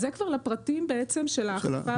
זה בנוגע לפרטים של האכיפה.